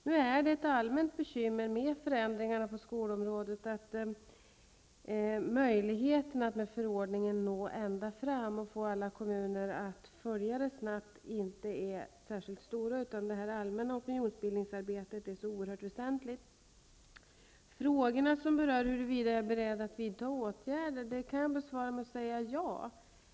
Nu är det ett allmänt bekymmer med förändringarna på skolområdet att möjligheterna inte är särskilt stora att med förordningar nå ända fram och få alla kommuner att följa beslutet, utan det allmänna opinionsbildningsarbetet är oerhört väsentligt. Frågan om huruvida jag är beredd att vidta åtgärder kan jag besvara med ett ja.